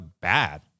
bad